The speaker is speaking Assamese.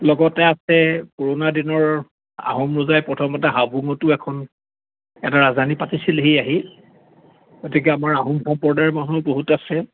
লগতে আছে পুৰণা দিনৰ আহোম ৰজাই প্ৰথমতে হাবুঙতো এখন এটা ৰাজধানী পাতিছিলহি আহি গতিকে আমাৰ আহোম সম্প্ৰদায়ৰ মানুহো বহুত আছে